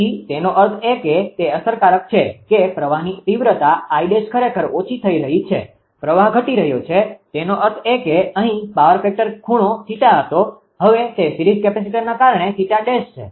તેથી તેનો અર્થ એ કે તે અસરકારક છે કે પ્રવાહની તીવ્રતા 𝐼 ′ ખરેખર ઓછી થઈ રહી છે પ્રવાહ ઘટી રહ્યો છે તેનો અર્થ એ કે અહીં પાવર ફેક્ટર ખૂણો θ હતો હવે તે સીરીઝ કેપેસિટરના કારણે 𝜃' છે